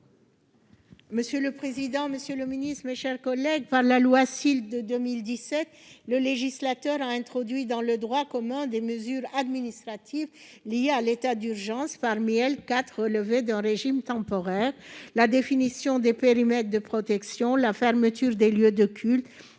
pour présenter l'amendement n° 3 rectifié. Par la loi SILT de 2017, le législateur a introduit dans le droit commun des mesures administratives liées à l'état d'urgence. Parmi elles, quatre relevaient d'un régime temporaire : la définition des périmètres de protection, la fermeture des lieux de culte,